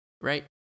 right